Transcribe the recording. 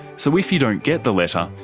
so if you don't get the letter,